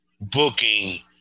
booking